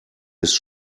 ist